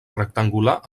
rectangular